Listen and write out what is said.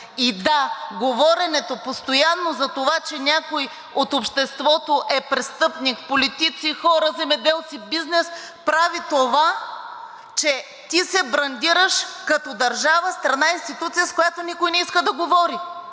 И, да, говоренето постоянно за това, че някой от обществото е престъпник – политици, хора, земеделци, бизнес, прави това, че ти се брандираш като държава, страна и институция, с която никой не иска да говори.